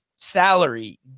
salary